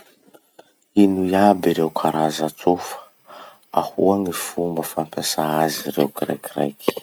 Ino iaby ireo karaza tsofa? Ahoa gny fomba fampiasà azy rey kiraikiraiky?